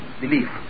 belief